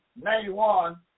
91